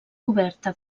coberta